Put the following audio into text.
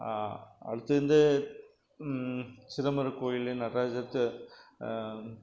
அடுத்து வந்து சிதம்பரம் கோவில் நடராஜர்